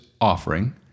offering